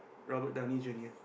Robert-Downey-Junior